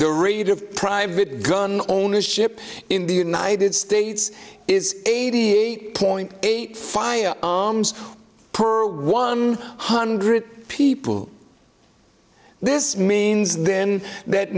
the rate of private gun ownership in the united states is eighty eight point eight fire arms per one hundred people this means then that